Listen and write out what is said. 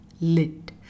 Lit